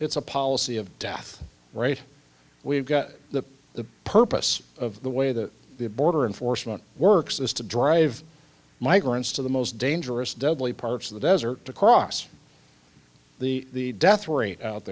it's a policy of death rate we've got that the purpose of the way that the border enforcement works is to drive migrants to the most dangerous deadly parts of the desert to cross the death rate out